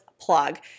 plug